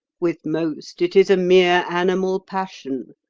with most it is a mere animal passion,